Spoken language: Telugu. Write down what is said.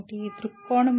దృక్కోణం ఏమిటి